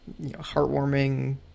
heartwarming